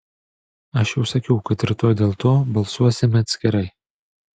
aš jau sakiau kad rytoj dėl to balsuosime atskirai